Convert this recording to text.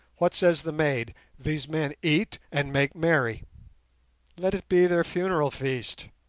what says the maid? these men eat and make merry let it be their funeral feast.